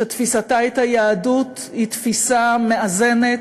ותפיסתה את היהדות היא תפיסה מאזנת,